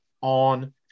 on